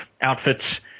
outfits